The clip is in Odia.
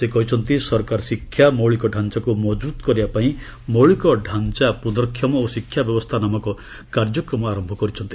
ସେ କହିଛନ୍ତି ସରକାର ଶିକ୍ଷା ମୌଳିକଢାଞ୍ଚାକୁ ମଜବୁତ କରିବା ପାଇଁ ମୌଳିକଢାଞ୍ଚାର ପୁର୍ନକ୍ଷମ ଓ ଶିକ୍ଷା ବ୍ୟବସ୍ଥା ନାମକ କାର୍ଯ୍ୟକ୍ରମ ଆରମ୍ଭ କରିଛନ୍ତି